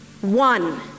one